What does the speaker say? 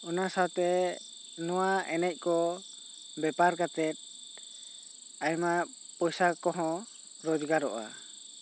ᱚᱱᱟ ᱥᱟᱶᱛᱮ ᱱᱚᱣᱟ ᱮᱱᱮᱡ ᱠᱚ ᱵᱮᱯᱟᱨ ᱠᱟᱛᱮ ᱟᱭᱢᱟ ᱯᱚᱭᱥᱟ ᱠᱚᱦᱚᱸ ᱨᱳᱡᱽᱜᱟᱨᱚᱜᱼᱟ